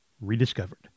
rediscovered